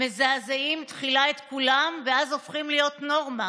מזעזעים תחילה את כולם ואז הופכים להיות נורמה.